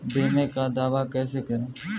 बीमे का दावा कैसे करें?